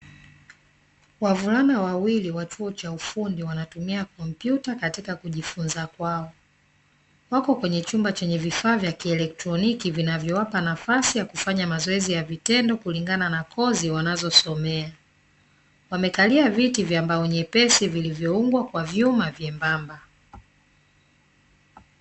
Wavulana wawili wa chuo cha ufundi wanatumia kompyuta katika kujifunza kwao. Wako kwenye chumba chenye vifaa vya kielektroniki vinavyowapa nafasi ya kufanya mazoezi ya vitendo kulingana na kozi wanazosomea. Wamekalia viti vya mbao nyepesi vilivoungwa kwa vyumba vyembamba.